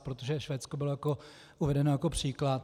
Protože Švédsko bylo uvedeno jako příklad.